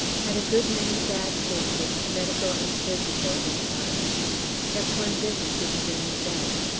had a good many bad cases, medical and surgical, this time kept one busy to the journey's end.